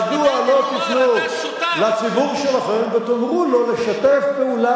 מדוע לא תפנו לציבור שלכם ותאמרו לו לשתף פעולה